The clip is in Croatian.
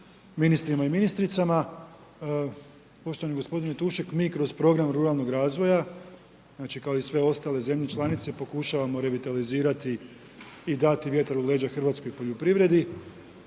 ministrima i ministricama. Poštovani gospodine Tušek, mi kroz program ruralnog razvoja, znači kao i sve ostale zemlje članice pokušavamo revitalizirati i dati vjetar u leđa hrvatskog poljoprivredi.